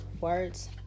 words